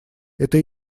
это